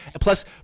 plus